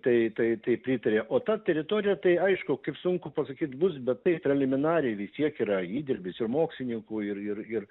tai tai tai pritarė o ta teritorija tai aišku kaip sunku pasakyt bus bet tai preliminariai vis tiek yra įdirbis ir mokslininkų ir ir ir